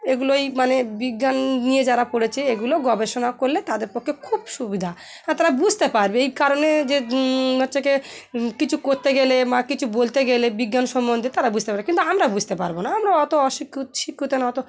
এগুলোই মানে বিজ্ঞান নিয়ে যারা পড়েছে এগুলো গবেষণা করলে তাদের পক্ষে খুব সুবিধা আর তারা বুঝতে পারবে এই কারণে যে হচ্ছে কি কিছু করতে গেলে বা কিছু বলতে গেলে বিজ্ঞান সম্বন্ধে তারা বুঝতে পারবে কিন্তু আমরা বুঝতে পারব না আমরা অত অশিক্কো শিক্ষিত না অত